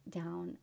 down